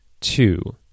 two